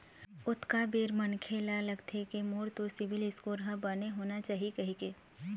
ओतका बेर मनखे ल लगथे के मोर तो सिविल स्कोर ह बने होना चाही कहिके